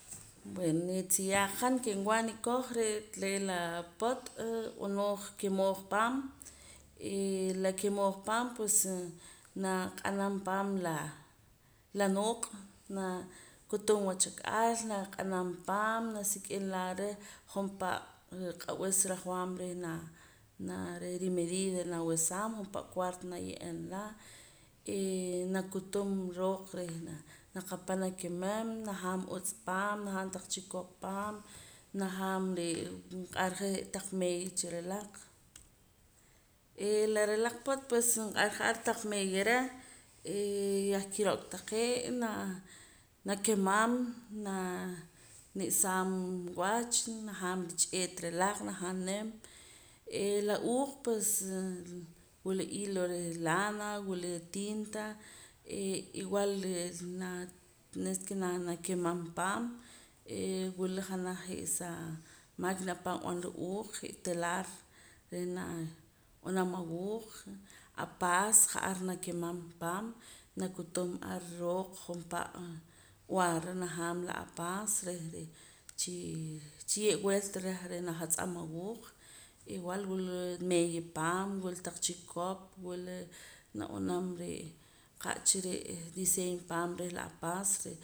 Bueno nitziyaaq han ke nwaa nikoj re' la po't b'onooj kemooj paam y la kemooj paam pues naq'anam paam la nooq' nakutuk wachak'al naq'anam paam nasik'im lado reh jompa' q'ab'is rajaam reh na reh rimedida naweesaam jompa' cuarto naye'eem la eh nakutum rooq reh naqapam nakemam najaam utz' paam najaam taq chikop paam najaam je' nq'ar ja je' taq meeya chiralaq la ralaq po't nq'arja ar taq meeya reh eh yah kiro'ka taqee' naa nakemam naa nimsaam wach najaam rich'eet ralaq najaam nim eh la uuq pues wila hilo reh lana wila tinta eh igual re' naa tenes ke na nakemam paam wila janaj je' saa maquina ahpa' nwanara uuq j'e telar reh nab'anam awuuq apaas ja'ar nakemam paam nakutum ar rooq jompa' b'araara najaam la apaas reh reh chii chiye' vuelta reh reh najatz'am awuuq igual wila meeya paam wila taq chikop wila nab'anam re'ee ka'cha diseño paam reh la apaas